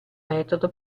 metodo